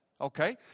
Okay